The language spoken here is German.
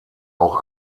auch